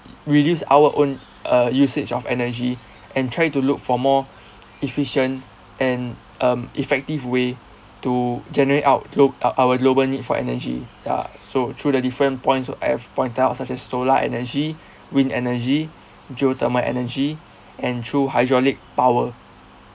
reduce our own uh usage of energy and try to look for more efficient and um effective way to generate out to ou~ our global need for energy ya so through the different points I have point out such as solar energy wind energy geothermal energy and through hydraulic power